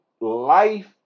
life